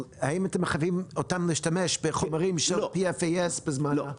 אבל האם אתם מחייבים אותם להשתמש בחומרים של PFAS בזמן האימונים?